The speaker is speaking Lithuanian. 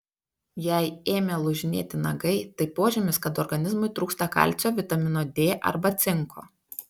jei ėmė lūžinėti nagai tai požymis kad organizmui trūksta kalcio vitamino d arba cinko